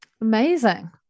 Amazing